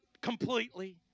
completely